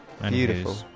Beautiful